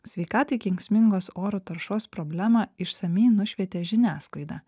sveikatai kenksmingos oro taršos problemą išsamiai nušvietė žiniasklaida